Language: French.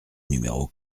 numéro